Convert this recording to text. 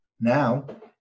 Now